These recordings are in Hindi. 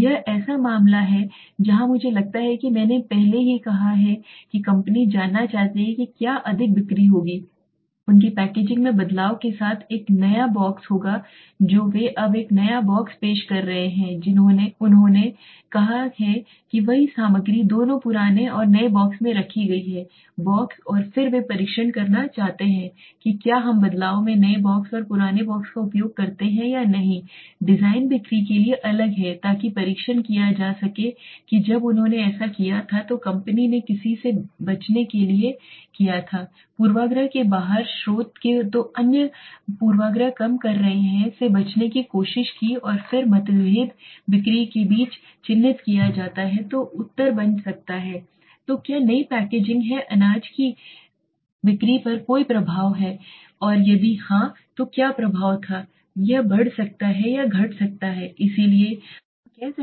यह ऐसा मामला है जहां मुझे लगता है कि मैंने पहले ही कहा है कि कंपनी जानना चाहती है कि क्या अधिक बिक्री होगी उनकी पैकेजिंग में बदलाव के साथ एक नया बॉक्स होगा जो वे अब एक नया बॉक्स पेश कर रहे हैं उन्होंने जो किया है वही सामग्री दोनों पुराने और नए बक्से में रखी गई है बॉक्स और फिर वे परीक्षण करना चाहते हैं कि क्या हम बदलाव में नए बॉक्स और पुराने बॉक्स का उपयोग करते हैं या नहीं डिजाइन बिक्री के लिए अलग है ताकि परीक्षण किया जा सके कि जब उन्होंने ऐसा किया था तो कंपनी ने किसी से बचने के लिए लिया था पूर्वाग्रह के बाहर स्रोत तो अन्य पूर्वाग्रह कम कर रहे हैं से बचने की कोशिश की और फिर मतभेद बिक्री के बीच चिह्नित किया जाता है तो उत्तर बन सकता है तो क्या नई पैकेजिंग है अनाज की बिक्री पर कोई प्रभाव और यदि हाँ तो क्या प्रभाव था यह बढ़ सकता है या घट सकता है इसलिए हम कह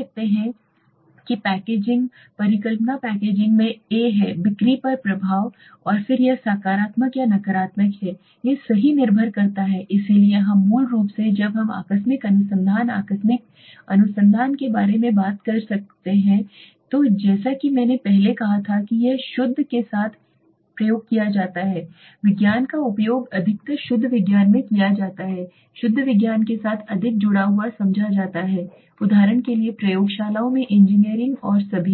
सकते हैं कि पैकेजिंग भी कल हम कह सकते हैं कि परिकल्पना पैकेजिंग में ए है बिक्री पर प्रभाव और फिर यह एक सकारात्मक या नकारात्मक है यह सही निर्भर करता है इसलिए हम मूल रूप से जब हम आकस्मिक अनुसंधान आकस्मिक अनुसंधान के बारे में बात कर रहे हैं जैसा कि मैंने पहले कहा था कि यह शुद्ध के साथ प्रयोग किया जाता है विज्ञान का उपयोग अधिकतर शुद्ध विज्ञान में किया जाता है शुद्ध विज्ञान के साथ अधिक जुड़ा हुआ समझा जाता है उदाहरण के लिए प्रयोगशालाओं में इंजीनियरिंग और सभी